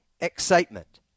excitement